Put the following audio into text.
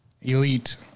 elite